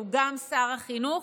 שהוא גם שר החינוך,